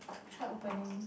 he tried opening